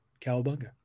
cowabunga